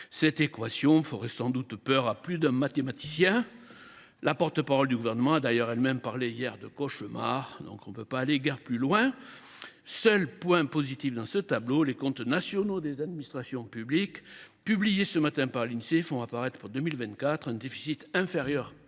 Cette équation ferait sans doute peur à plus d’un mathématicien ; la porte parole du Gouvernement a d’ailleurs elle même parlé hier de « cauchemar »! Difficile d’employer un terme plus fort… Seul point positif dans ce tableau, les comptes nationaux des administrations publiques présentés ce matin par l’Insee font apparaître, pour 2024, un déficit inférieur à